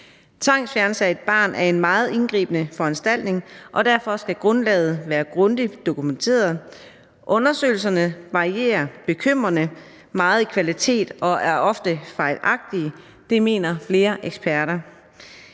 Tvangsfjernelse af et barn er en meget indgribende foranstaltning, og derfor skal grundlaget være grundigt dokumenteret. Undersøgelserne varierer bekymrende meget i kvalitet og er ofte er fejlagtige. Det mener flere eksperter.